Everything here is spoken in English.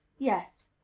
yes,